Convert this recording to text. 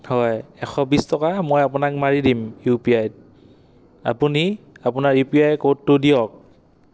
হয় এশ বিছ টকা মই আপোনাক মাৰি দিম ইউ পি আইত আপুনি আপোনাৰ ইউ পি আই ক'ডটো দিয়ক